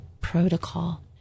protocol